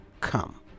come